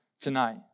tonight